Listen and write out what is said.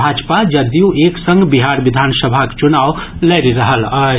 भाजपा जदयू एक संग बिहार विधानसभाक चुनाव लड़ि रहल अछि